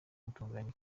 gutunganya